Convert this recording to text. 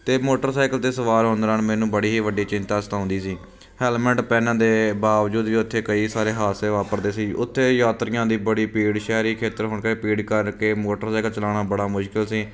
ਅਤੇ ਮੋਟਰਸਾਈਕਲ 'ਤੇ ਸਵਾਰ ਹੋਣ ਦੌਰਾਨ ਮੈਨੂੰ ਬੜੀ ਹੀ ਵੱਡੀ ਚਿੰਤਾ ਸਤਾਉਂਦੀ ਸੀ ਹੈਲਮਟ ਪਹਿਨਣ ਦੇ ਬਾਵਜੂਦ ਵੀ ਉੱਥੇ ਕਈ ਸਾਰੇ ਹਾਦਸੇ ਵਾਪਰਦੇ ਸੀ ਉੱਥੇ ਯਾਤਰੀਆਂ ਦੀ ਬੜੀ ਭੀੜ ਸ਼ਹਿਰੀ ਖੇਤਰ ਹੋਣ ਕਰਕੇ ਭੀੜ ਕਰਕੇ ਮੋਟਰਸਾਈਕਲ ਚਲਾਉਣਾ ਬੜਾ ਮੁਸ਼ਕਿਲ ਸੀ